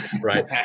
Right